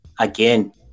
Again